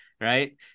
right